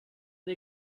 and